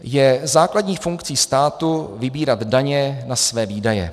Je základní funkcí státu vybírat daně na své výdaje.